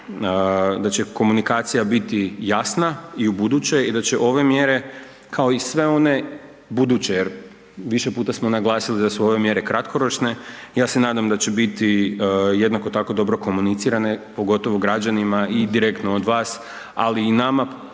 da će komunikacija biti jasna i ubuduće i da će ove mjere kao i sve one buduće jer više puta smo naglasili da su ove mjere kratkoročne. Ja se nadam da će biti jednako tako dobro komunicirane, pogotovo građanima i direktno od vas, ali i nama